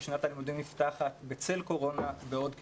כי שנת הלימודים נפתחת בצל קורונה בעוד כחודש.